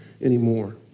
anymore